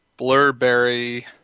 Blurberry